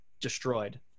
destroyed